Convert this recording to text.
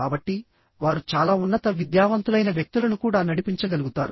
కాబట్టి వారు చాలా ఉన్నత విద్యావంతులైన వ్యక్తులను కూడా నడిపించగలుగుతారు